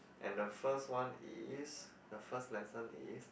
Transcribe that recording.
and the first one is the first lesson is